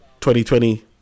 2020